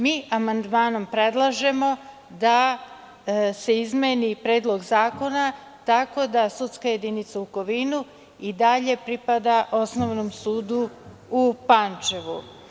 Mi amandmanom predlažemo da se izmeni Predlog zakona tako da sudska jedinica u Kovinu i dalje pripada Osnovnom sudu u Pančevu.